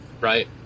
Right